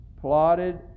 plotted